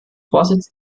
vorsitz